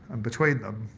and between them,